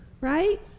Right